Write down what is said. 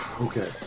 Okay